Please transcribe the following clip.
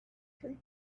treat